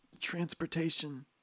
transportation